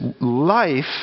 life